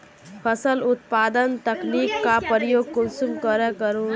फसल उत्पादन तकनीक का प्रयोग कुंसम करे करूम?